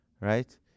right